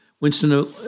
Winston